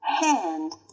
Hand